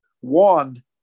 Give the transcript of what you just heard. one